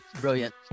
brilliant